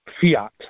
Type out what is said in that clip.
Fiat